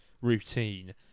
routine